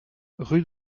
rue